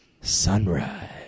sunrise